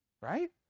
right